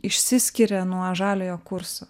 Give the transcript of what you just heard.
išsiskiria nuo žaliojo kurso